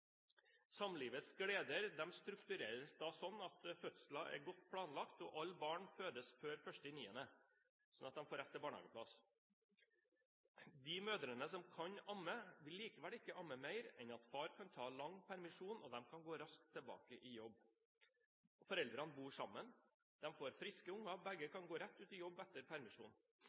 Samlivets gleder struktureres da sånn at fødsler er godt planlagt, og alle barn fødes før 1. september, sånn at de får rett til barnehageplass. De mødrene som kan amme, vil likevel ikke amme mer enn at far kan ta lang permisjon, slik at de kan gå raskt tilbake i jobb. Foreldrene bor sammen, de får friske unger, begge kan gå rett ut i jobb etter